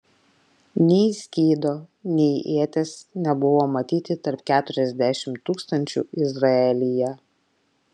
nei skydo nei ieties nebuvo matyti tarp keturiasdešimt tūkstančių izraelyje